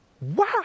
Wow